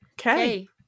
Okay